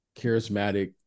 charismatic